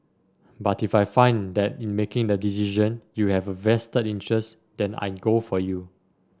but if I find that in making the decision you have a vested interest then I go for you